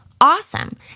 awesome